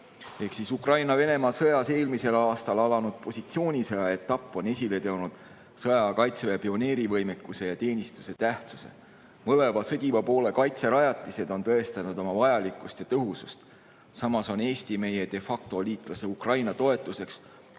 Venemaa-Ukraina sõjas eelmisel aastal alanud positsioonisõja etapp on esile toonud sõjaaja kaitseväe pioneerivõimekuse ja ‑teenistuse tähtsuse. Mõlema sõdiva poole kaitserajatised on tõestanud oma vajalikkust ja tõhusust. Samas on Eesti meiede factoliitlase Ukraina toetuseks loovutanud